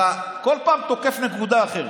אתה כל פעם תוקף נקודה אחרת,